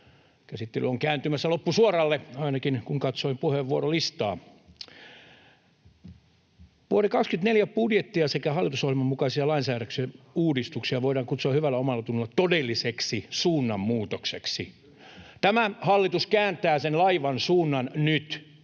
Käsittely on kääntymässä loppusuoralle, ainakin kun katsoin puheenvuorolistaa. Vuoden 24 budjettia sekä hallitusohjelman mukaisia lainsäädännön uudistuksia voidaan kutsua hyvällä omallatunnolla todelliseksi suunnanmuutokseksi. Tämä hallitus kääntää sen laivan suunnan nyt.